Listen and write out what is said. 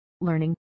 learning